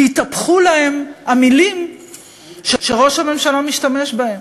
כי התהפכו להן המילים שראש הממשלה משתמש בהן.